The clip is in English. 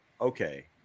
okay